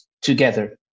together